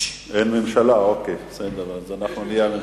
אין ממשלה, אוקיי, אז אנחנו נהיה בממשלה.